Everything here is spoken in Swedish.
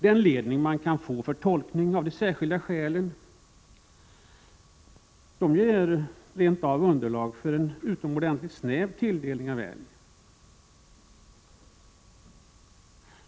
Den ledning som man kan få för en tolkning av de särskilda skälen ger underlag för en tolkning som innebär en utomordentligt snäv tilldelning av älg.